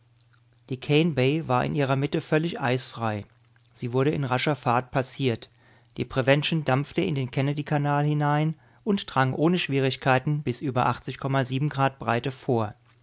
die kane bai war in ihrer mitte völlig eisfrei sie wurde in rascher fahrt passiert die prevention dampfte in den kennedy kanal hinein und drang ohne schwierigkeiten bis über grad breite vor